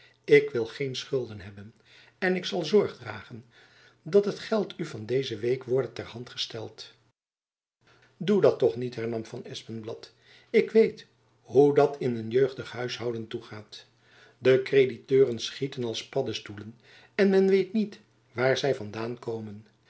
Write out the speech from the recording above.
ik wil geen schulden hebben en ik zal zorg dragen dat het geld u van deze week worde ter hand gesteld doe dat toch niet hernam van espenblad ik weet hoe dat in een jeugdig huishouden toegaat de krediteuren schieten op als paddestoelen en men weet niet waar zy van daan komen